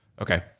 Okay